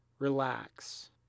Relax